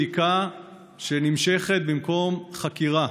בדיקה שנמשכת במקום חקירה,